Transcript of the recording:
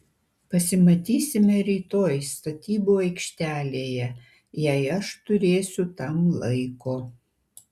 pasimatysime rytoj statybų aikštelėje jei aš turėsiu tam laiko